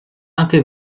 anche